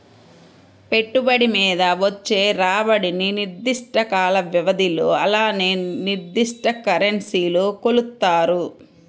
పెట్టుబడి మీద వచ్చే రాబడిని నిర్దిష్ట కాల వ్యవధిలో అలానే నిర్దిష్ట కరెన్సీలో కొలుత్తారు